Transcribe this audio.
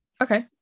Okay